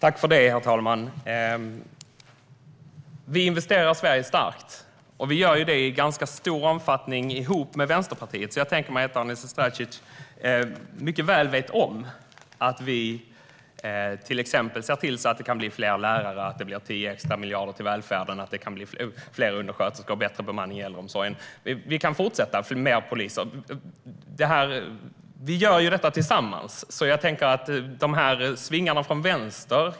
Herr talman! Vi investerar Sverige starkt, och vi gör det tillsammans med Vänsterpartiet i ganska stor omfattning. Daniel Sestrajcic vet säkert mycket väl att vi till exempel ser till att det kan bli fler lärare, att det blir 10 extra miljarder till välfärden, att det kan bli fler undersköterskor och bättre bemanning i äldreomsorgen och att det kan bli fler poliser. Vi gör detta tillsammans. Därför kanske man kan låta bli dessa svingar från vänster.